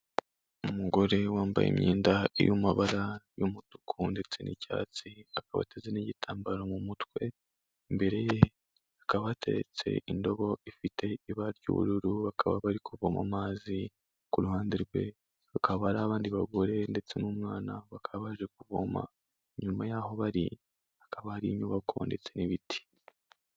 Umugore wambaye imyenda y'amabara y'umutuku ndetse n'icyatsi akaba ateze n'igitambaro mu mutwe imbere ye hakaba hateretse indobo ifite ibara ry'ubururu bakaba bari kuvoma amazi ku ruhande rwe hakaba hari abandi bagore ndetse n'umwana bakaba baje kuvoma. inyuma yaho bari hakaba hari inyubako ndetse n'ibiti.